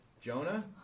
Jonah